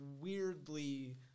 weirdly